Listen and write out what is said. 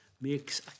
makes